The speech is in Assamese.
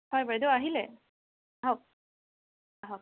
হয় বাইদেউ আহিলে আহক আহক